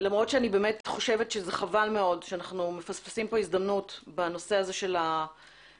למרות שאני חושבת שחבל מאוד שאנחנו מפספסים פה הזדמנות בנושא החניונים,